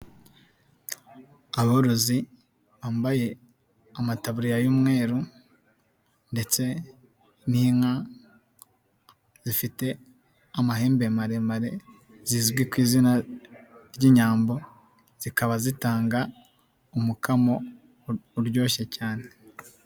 Aborozi bambaye amataburiya y'umweru ndetse n'inka zifite amahembe maremare zizwi ku izina ry'inyambo, zikaba zitanga umukamo uryoshye cyane.